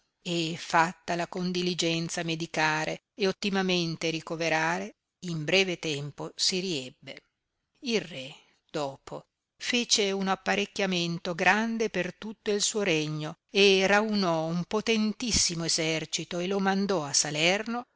e fattala con diligenza medicare e ottimamente ricoverare in breve tempo si riebbe il re dopo fece uno apparecchiamento grande per tutto il suo regno e raunò un potentissimo essercito e lo mandò a salerno